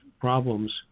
problems